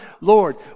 Lord